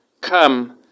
Come